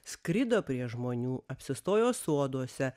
skrido prie žmonių apsistojo soduose